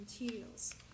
materials